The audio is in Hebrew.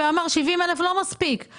לא תמיד ניתן להוציא 10,000 בשנה.